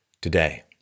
today